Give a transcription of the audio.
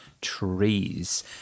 Trees